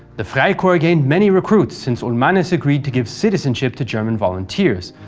the freikorps gained many recruits, since ulmanis agreed to give citizenship to german volunteers,